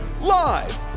Live